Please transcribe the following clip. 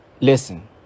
Listen